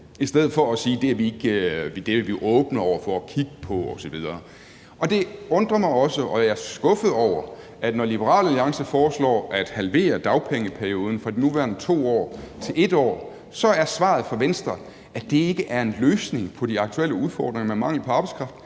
i stedet for at sige, at det er de åbne over for at kigge på osv. Det undrer mig også og jeg er skuffet over, at når Liberal Alliance foreslår at halvere dagpengeperioden fra de nuværende 2 år til 1 år, så er svaret fra Venstre, at det ikke er en løsning på de aktuelle udfordringer med mangel på arbejdskraft.